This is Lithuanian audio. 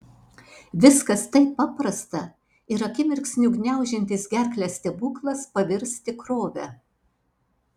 viskas taip paprasta ir akimirksniu gniaužiantis gerklę stebuklas pavirs tikrove